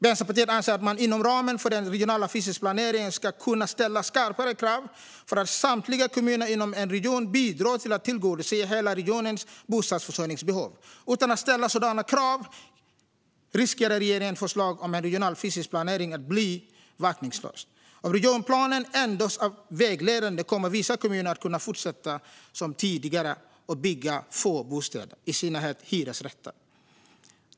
Vänsterpartiet anser att man inom ramen för den regionala fysiska planeringen ska kunna ställa skarpare krav på att samtliga kommuner inom en region bidrar till att tillgodose hela regionens bostadsförsörjningsbehov. Utan sådana krav riskerar regeringens förslag om en regional fysisk planering att bli verkningslöst. Om regionplanen endast är vägledande kommer vissa kommuner att kunna fortsätta som tidigare och bygga få bostäder, i synnerhet hyresrätter.